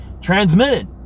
transmitted